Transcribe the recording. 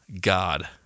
God